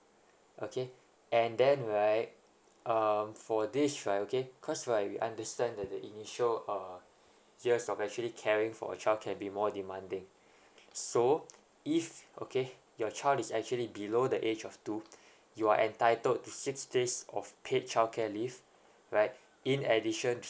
okay and then right um for this right okay because right we understand that the initial uh years of actually caring for a child can be more demanding so if okay your child is actually below the age of two you are entitled to six days of paid childcare leave right in addition